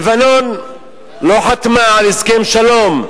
לבנון לא חתמה על הסכם שלום.